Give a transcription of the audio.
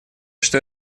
что